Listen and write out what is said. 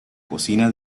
cocina